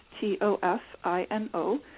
T-O-F-I-N-O